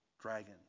dragon